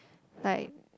like